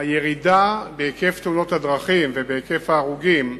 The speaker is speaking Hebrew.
הירידה בהיקף תאונות הדרכים ובהיקף ההרוגים,